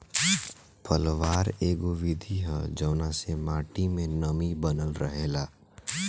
पलवार एगो विधि ह जवना से माटी मे नमी बनल रहेला